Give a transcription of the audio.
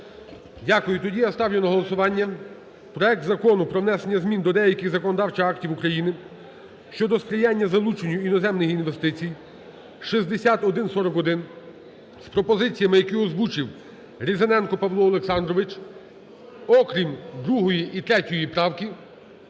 Дякую. Тоді я ставлю на голосування проект Закону про внесення змін до деяких законодавчих актів України щодо сприяння залученню іноземних інвестицій (6141) з пропозиціями, які озвучив Різаненко Павло Олександрович, окрім 2-ї і 3 правки,